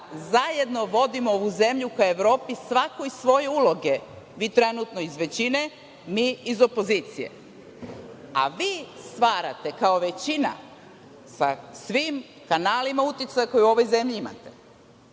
zajedno vodimo ovu zemlju ka Evropi svakoj svoje uloge. Vi trenutno iz većine, mi iz opozicije, a vi stvarate kao većina sa svim kanalima uticaj koji u ovoj zemlji imate